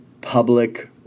public –